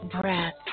breath